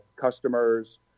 customers